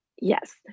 Yes